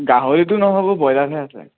গাহৰিতো নহ'ব ব্ৰইলাৰহে আছে